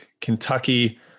Kentucky